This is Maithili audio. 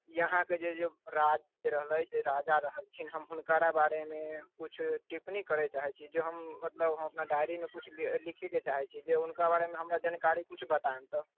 इहाँके जे राज जे रहलै जे राजा रहलखिन हम हुनकरा बारेमे किछु टिप्पणी करै चाहैत छी जे मतलब हम अपना डायरीमे किछु लि लिखैके चाहै छी जे हुनका बारेमे हमरा जानकारी किछु बताइम तऽ